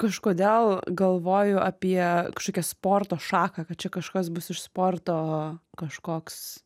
kažkodėl galvoju apie kažkokią sporto šaką kad čia kažkas bus iš sporto kažkoks